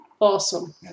Awesome